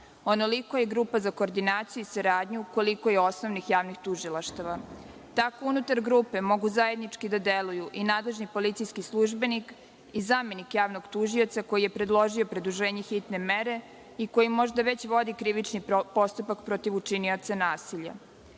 Onoliko je grupa za koordinaciju i saradnju koliko je osnovnih javnih tužilaštava. Tako da unutar grupe mogu zajednički da deluju i nadležni policijski službenik i zamenik javnog tužioca, koji je predložio produženje hitne mere i koji možda već vodi krivični postupak protiv učinioca nasilja.